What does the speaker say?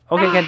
Okay